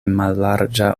mallarĝa